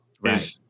right